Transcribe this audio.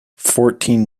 fourteen